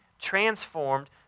transformed